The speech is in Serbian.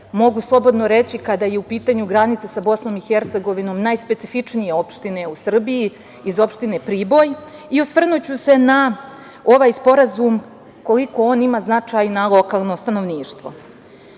mogu slobodno reći, kada je u pitanju granica sa BiH, najspecifičnije opštine u Srbiji, opštine Priboj i osvrnuću se na ovaj sporazum i koliko on ima značaj na lokalno stanovništvo. Specifičnost